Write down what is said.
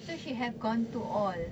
so she have gone to all